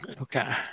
Okay